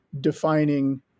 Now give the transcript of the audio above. defining